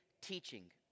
teaching